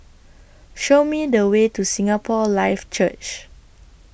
Show Me The Way to Singapore Life Church